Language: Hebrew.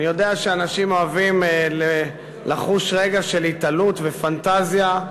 אני יודע שאנשים אוהבים לחוש רגע של התעלות ופנטזיה,